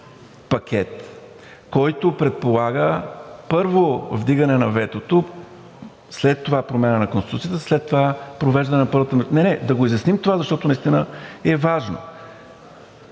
пакет, който предполага, първо, вдигане на ветото, след това промяна на Конституцията, след това провеждане на първата… Не, не, да го изясним това, защото наистина е важно.